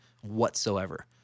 whatsoever